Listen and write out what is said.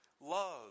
love